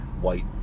white